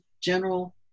general